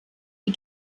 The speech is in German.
die